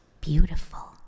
beautiful